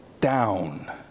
down